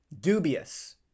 dubious